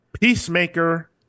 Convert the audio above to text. Peacemaker